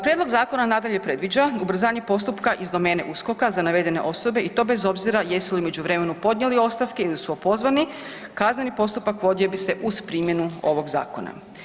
Prijedlog zakona nadalje predviđa ubrzanje postupaka iz domene USKOK-a za navedene osobe i to bez obzira jesu li u međuvremenu podnijeli ostavke ili su opozvani, kazneni postupak vodio bi se uz primjenu ovog zakona.